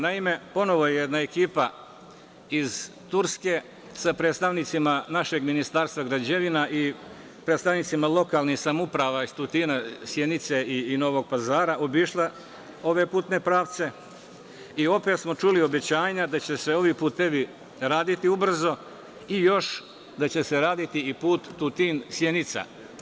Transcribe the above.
Naime, ponovo je jedna ekipa iz Turske, sa predstavnicima našem Ministarstva građevinarstva i predstavnicima lokalnih samouprava iz Tutina, Sjenice i Novog Pazara obišla ove putne pravce i opet smo čuli obećanja da će se ovi putevi raditi ubrzo i još da će se raditi i put Tutin-Sjenica.